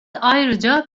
ayrıca